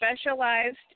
specialized